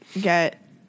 get